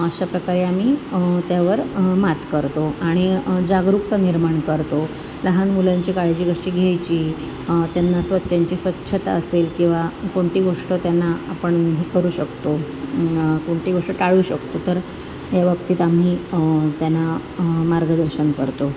अशाप्रकारे आम्ही त्यावर मात करतो आणि जागरूकता निर्माण करतो लहान मुलांची काळजी कशी घ्यायची त्यांना स्व त्यांची स्वच्छता असेल किंवा कोणती गोष्ट त्यांना आपण हे करू शकतो कोणती गोष्ट टाळू शकतो तर या बाबतीत आम्ही त्यांना मार्गदर्शन करतो